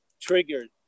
triggered